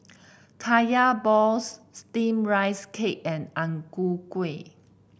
Kaya Balls steamed Rice Cake and Ang Ku Kueh